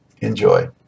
Enjoy